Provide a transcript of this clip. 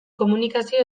komunikazio